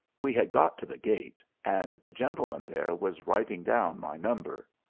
we had got to the gate, and the gentleman there was writing down my number.